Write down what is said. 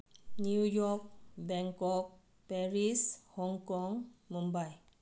new York Bangkok Paris Hong Kong Mumbai